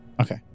Okay